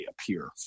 appear